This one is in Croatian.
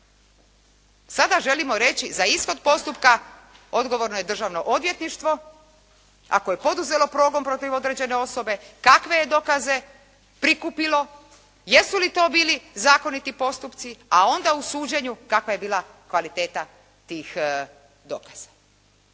Sada želimo reći za istog postupka odgovorno je Državno odvjetništvo, ako je poduzelo progon protiv određene osobe, kakve je dokaze prikupilo, jesu li to bili zakoniti postupci, a onda u suđenju kakva je bila kvaliteta tih dokaza?